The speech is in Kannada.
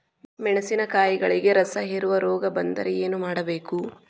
ಮೆಣಸಿನಕಾಯಿಗಳಿಗೆ ರಸಹೇರುವ ರೋಗ ಬಂದರೆ ಏನು ಮಾಡಬೇಕು?